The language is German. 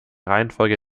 reihenfolge